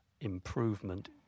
improvement